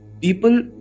people